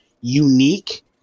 unique